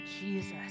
Jesus